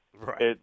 Right